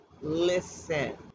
listen